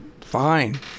fine